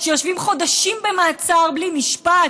שיושבים חודשים במעצר בלי משפט,